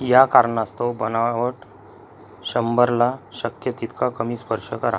या कारणास्तव बनावट शंभरला शक्य तितका कमी स्पर्श करा